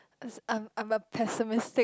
I'm I'm a pessimistic